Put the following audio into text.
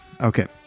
Okay